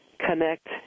Connect